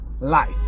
life